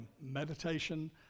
Meditation